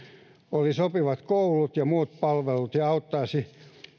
olisi sopivat koulut ja muut palvelut ja auttaisi